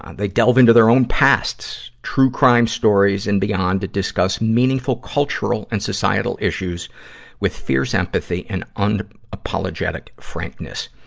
and they delve into their own pasts, true crime stories, and beyond to discuss meaningful cultural and societal issues with fears, empathy and and unapologetic frankness.